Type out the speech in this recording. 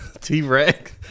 T-Rex